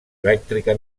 elèctrica